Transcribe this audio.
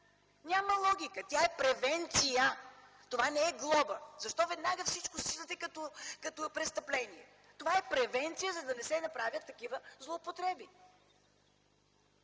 Няма логика, тя е превенция, това не е глоба! Защо веднага всичко считате като престъпление? Това е превенция, за да не се направят такива злоупотреби.